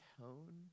tone